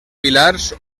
pilars